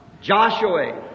Joshua